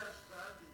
איזו השוואה דבילית.